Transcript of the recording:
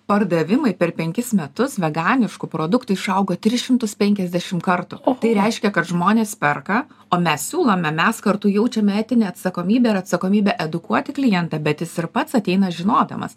pardavimai per penkis metus veganiškų produktų išaugo tris šimtus penkiasdešim kartų tai reiškia kad žmonės perka o mes siūlome mes kartu jaučiame etinę atsakomybę ir atsakomybę edukuoti klientą bet jis ir pats ateina žinodamas